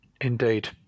Indeed